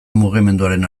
mugimenduaren